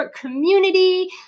community